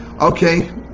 okay